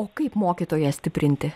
o kaip mokytoją stiprinti